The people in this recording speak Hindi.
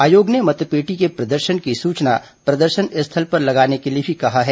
आयोग ने मतपेटी के प्रदर्शन की सूचना प्रदर्शन स्थल पर लगाने के लिए भी कहा है